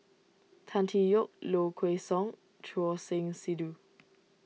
Tan Tee Yoke Low Kway Song Choor Singh Sidhu